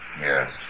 Yes